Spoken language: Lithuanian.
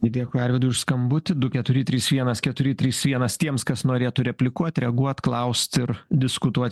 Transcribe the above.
dėkui arvydui už skambutį du keturi trys vienas keturi trys vienas tiems kas norėtų replikuoti reaguot klaust ir diskutuot